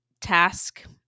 task